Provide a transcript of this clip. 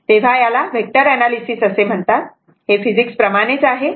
तेव्हा याला vector analysis असे म्हणतात हे फिजिक्स प्रमाणे आहे